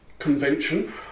Convention